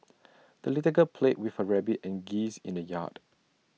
the little girl played with her rabbit and geese in the yard